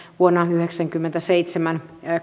vuonna yhdeksänkymmentäseitsemän